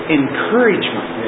encouragement